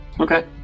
Okay